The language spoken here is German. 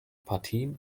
partien